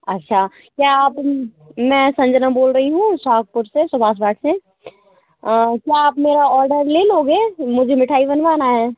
अच्छा क्या आप मैं संजना बोल रही हूँ शाहपुर से सुभाष घाट से क्या आप मेरा ऑर्डर ले लोगे मुझे मिठाई बनवाना है